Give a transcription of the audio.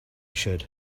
should